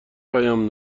پیام